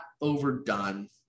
overdone